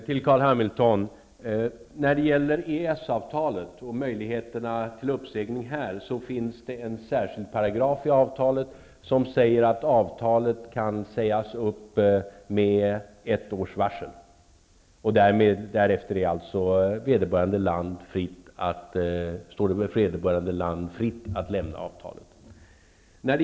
Fru talman! När det gäller EES-avtalet finns en särskild paragraf i avtalet som säger att avtalet kan sägas upp med ett års varsel. Därefter står det alltså vederbörande land fritt att lämna avtalet.